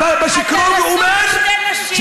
אתה נשוי לשתי נשים,